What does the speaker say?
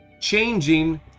changing